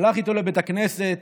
הלך איתו לבית הכנסת